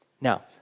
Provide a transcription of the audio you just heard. Now